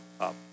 up